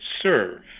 serve